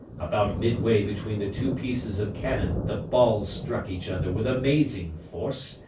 about midway between the two pieces of cannon the balls struck each other with amazing force,